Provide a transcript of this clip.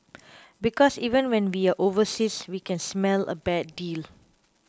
because even when we are overseas we can smell a bad deal